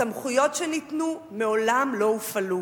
הסמכויות שניתנו מעולם לא הופעלו.